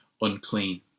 unclean